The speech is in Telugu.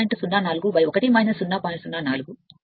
కనుక ఇది 0